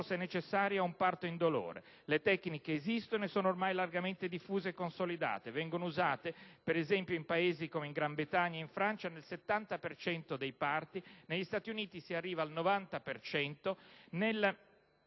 necessarie ad un parto indolore. Le tecniche esistono e sono ormai largamente diffuse e consolidate. Vengono usate, per esempio, in Paesi come la Gran Bretagna e la Francia nel 70 per cento dei parti e negli Stati Uniti la percentuale